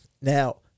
Now